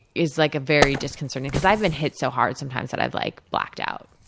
is like a very disconcerting because i've been hit so hard sometimes that i've like blacked out.